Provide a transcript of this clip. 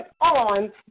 on